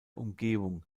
umgebung